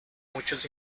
muchos